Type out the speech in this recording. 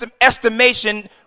estimation